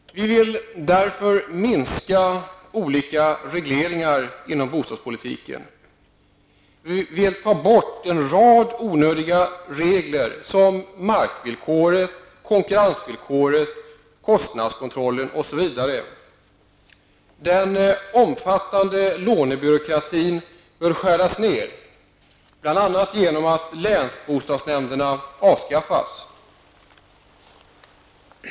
Vi vill därför minska olika regleringar på bostadsmarknaden. Vi vill ta bort en rad onödiga regler, såsom markvillkor, konkurrensvillkor, kostnadskontroll osv. Den omfattande lånebyråkratin bör skäras ned bl.a. genom att länsbostadsnämnderna avskaffas.